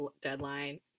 deadline